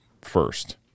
first